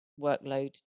workload